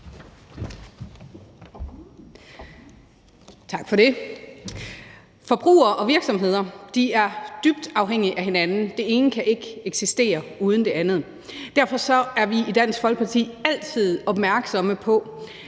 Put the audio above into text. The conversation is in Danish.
Tak for det. Forbrugere og virksomheder er dybt afhængige af hinanden, den ene kan ikke eksistere uden den anden, og derfor er vi i Dansk Folkeparti altid opmærksomme på,